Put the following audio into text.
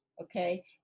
Okay